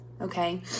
okay